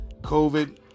covid